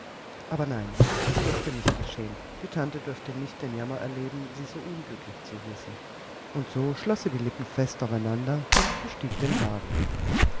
aber nein das durfte nicht geschehen die tante durfte nicht den jammer erleben sie so unglücklich zu wissen und so schloß sie die lippen fest aufeinander und bestieg den wagen